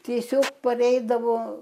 tiesiog pareidavo